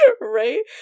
Right